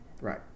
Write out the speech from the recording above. Right